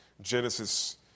Genesis